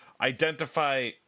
identify